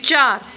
ਚਾਰ